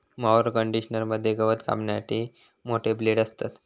mower conditioner मध्ये गवत कापण्यासाठी मोठे ब्लेड असतत